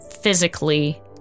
physically